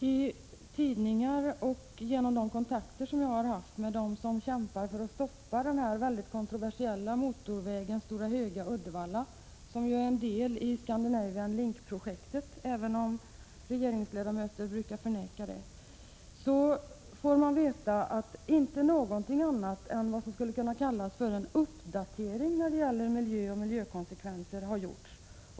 I tidningar och genom de kontakter som jag har haft med dem som kämpar för att stoppa denna kontroversiella motorväg Stora Höga— Uddevalla, som ju är en del av Scandinavian Link-projektet även om regeringsledamöter brukar förneka det, får man veta att inte någonting annat gjorts än vad som skulle kunna kallas för uppdatering när det gäller miljö och miljökonsekvenser.